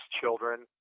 children